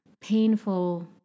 painful